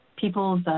people's